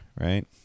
right